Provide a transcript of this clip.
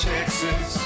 Texas